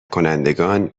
کنندگان